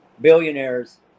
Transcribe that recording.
billionaires